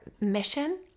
mission